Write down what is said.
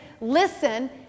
listen